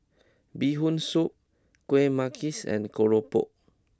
Bee Hoon Soup Kueh Manggis and Keropok